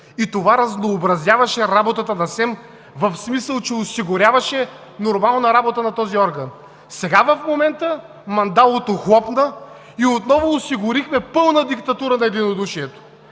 и това разнообразяваше работата на СЕМ в смисъл, че осигуряваше нормална работа на този орган. В момента мандалото хлопна и отново осигурихме пълна диктатура на единодушието.